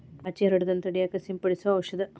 ಪಾಚಿ ಹರಡುದನ್ನ ತಡಿಯಾಕ ಸಿಂಪಡಿಸು ಔಷದ